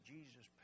Jesus